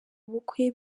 ubukwe